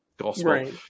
gospel